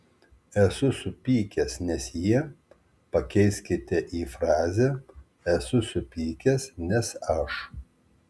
esu supykęs nes jie pakeiskite į frazę esu supykęs nes aš